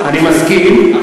אני מסכים,